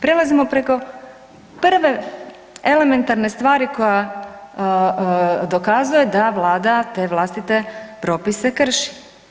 Prelazimo preko prve elementarne stvari koja dokazuje da Vlada te vlastite propise krši.